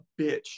bitch